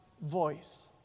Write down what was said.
voice